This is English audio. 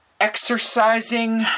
exercising